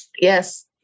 Yes